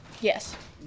Yes